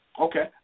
Okay